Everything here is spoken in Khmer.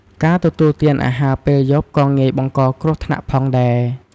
ការទទួលទានអាហារពេលយប់ក៏ងាយបង្ករគ្រោះថ្នាក់ផងដែរ។